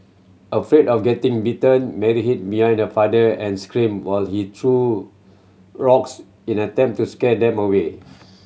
afraid of getting bitten Mary hid behind her father and screamed while he threw rocks in an attempt to scare them away